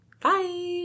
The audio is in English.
bye